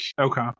okay